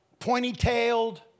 pointy-tailed